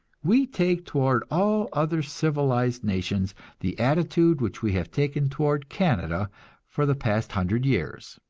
we take toward all other civilized nations the attitude which we have taken toward canada for the past hundred years.